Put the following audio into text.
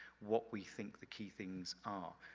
what we think the key things are.